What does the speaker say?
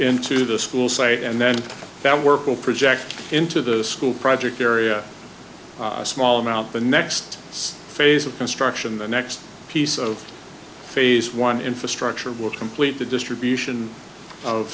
into the school site and then that work will project into the school project area a small amount the next phase of construction the next piece of phase one infrastructure will complete the distribution